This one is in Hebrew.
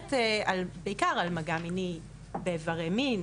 ומדברת בעיקר על מגע מיני באיברי מין,